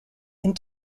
and